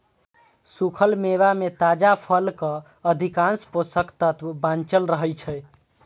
सूखल मेवा मे ताजा फलक अधिकांश पोषक तत्व बांचल रहै छै